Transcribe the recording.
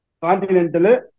Continental